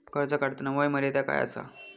कर्ज काढताना वय मर्यादा काय आसा?